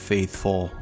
Faithful